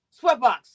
sweatbox